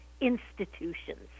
institutions